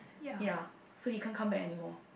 ya so he can't come back anymore